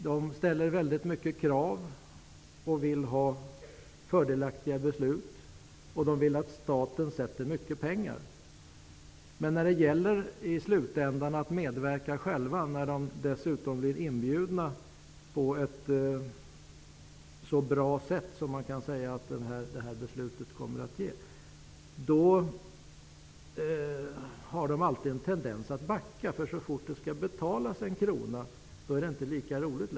Man ställer många krav och vill ha fördelaktiga beslut. Man vill att staten avsätter mycket pengar. Men när det i slutändan gäller att själv medverka -- och man dessutom blir inbjuden på ett så bra sätt som det kan sägas att beslutet i dag kommer att innebära -- då har näringslivet alltid haft en tendens att backa. Så fort det skall betalas en krona är det inte längre roligt.